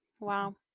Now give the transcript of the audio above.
Wow